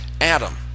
Adam